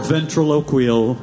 Ventriloquial